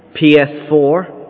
PS4